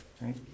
right